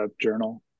journal